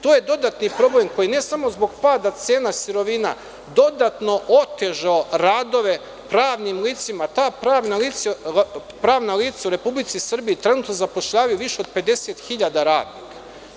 To je dodatni problem koji ne samo zbog pada cena sirovina dodatno otežao radove pravnim licima, ta pravna lica u Republici Srbiji trenutno zapošljavaju više od 50.000 radnika.